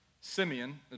Simeon